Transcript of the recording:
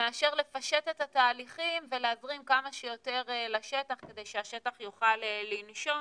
מאשר לפשט את התהליכים ולהזרים כמה שיותר לשטח כדי שהשטח יוכל לנשום.